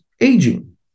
aging